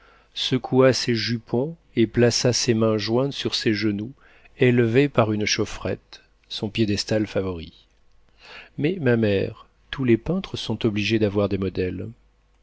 secoua ses jupons et plaça ses mains jointes sur ses genoux élevés par une chaufferette son piédestal favori mais ma mère tous les peintres sont obligés d'avoir des modèles